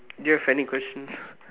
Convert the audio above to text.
do you have any questions